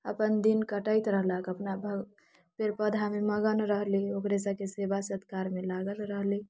अपन दिन कटैत रहलक अपना पेड़ पौधामे मगन रहली ओकरे सबके सेवा सत्कारमे लागल रहली